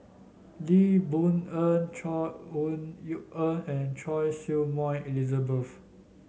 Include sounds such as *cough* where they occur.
Lee Boon Ngan Chor *unintelligible* Yeok Eng and Choy Su Moi Elizabeth